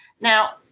Now